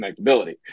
connectability